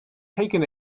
taken